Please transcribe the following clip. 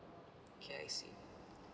okay I see